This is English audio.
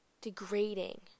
degrading